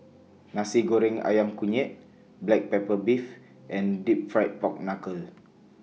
Nasi Goreng Ayam Kunyit Black Pepper Beef and Deep Fried Pork Knuckle